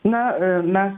na mes